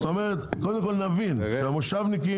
זאת אומרת קודם כל נבין שהמושבניקים,